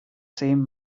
same